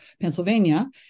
Pennsylvania